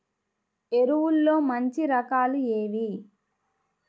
ఎరువుల్లో మంచి రకాలు ఏవి?